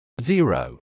zero